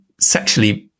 sexually